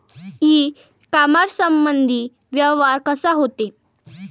इ कामर्समंदी व्यवहार कसा होते?